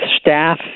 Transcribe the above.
staff